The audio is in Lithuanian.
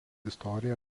istoriją